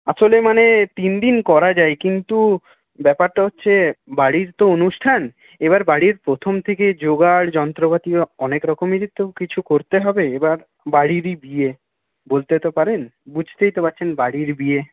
আসলে মানে তিনদিন করা যায় কিন্তু ব্যাপারটা হচ্ছে বাড়ির তো অনুষ্ঠান এবার বাড়ির প্রথম থেকে যোগাড় যন্ত্রপাতিও অনেক রকমেরই তো কিছু করতে হবে এবার বাড়িরই বিয়ে বলতে তো পারেন বুঝতেই তো পারছেন বাড়ির বিয়ে